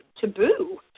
taboo